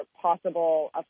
possible